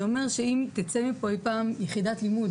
זה אומר שאם תצא מפה אי פעם יחידת לימוד